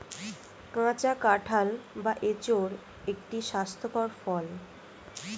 কাঁচা কাঁঠাল বা এঁচোড় একটি স্বাস্থ্যকর ফল